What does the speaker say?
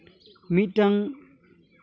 ᱢᱤᱫᱴᱟᱝ